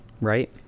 right